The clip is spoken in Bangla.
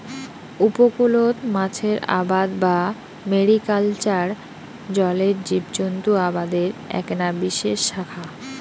উপকূলত মাছের আবাদ বা ম্যারিকালচার জলের জীবজন্ত আবাদের এ্যাকনা বিশেষ শাখা